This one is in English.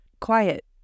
quiet